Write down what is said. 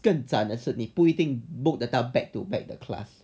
更惨的是你不一定 book 到 back to back the class